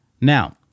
Now